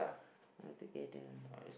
altogether